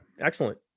Excellent